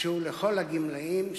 הוא לכל הגמלאים,